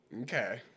Okay